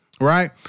Right